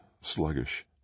sluggish